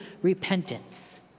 Repentance